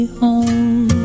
home